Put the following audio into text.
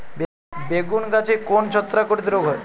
বেগুন গাছে কোন ছত্রাক ঘটিত রোগ হয়?